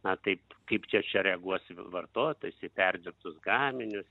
na taip kaip čia čia reaguos vartotojas į perdirbtus gaminius